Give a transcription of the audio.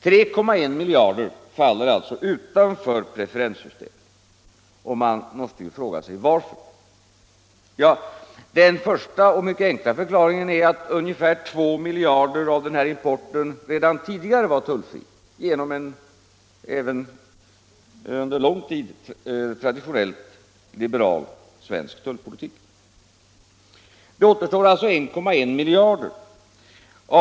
3,1 miljarder kronor faller alltså utanför preferenssystemet. Man måste fråga sig: Varför? Den första och mycket enkla förklaringen är att ungefär 2 miljarder kronor av denna import redan tidigare var tullfri. Då återstår alltså 1,1 miljarder kr.